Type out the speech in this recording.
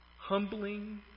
humbling